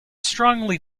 strongly